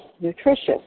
nutritious